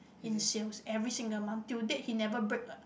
in sales every single month till day he never break a